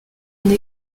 une